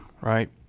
right